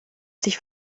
sich